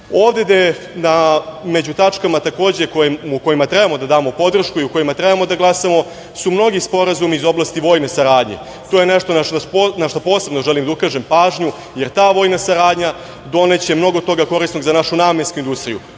nasledi. Ovde među tačkama, kojima treba da damo podršku i za koje treba da glasamo, su mnogi sporazumi iz oblasti vojne saradnje. To je nešto na šta posebno želim da ukažem pažnju, jer ta vojna saradnja doneće mnogo toga korisnog za našu namensku industriju. Prodavanjem